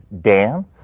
dance